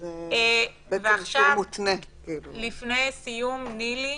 ועכשיו לפני סיום, נילי,